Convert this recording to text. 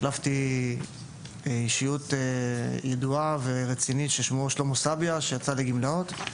החלפתי אישיות ידועה ורצינית ששמו שלמה סביאה שיצא לגמלאות.